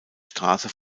straße